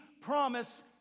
promise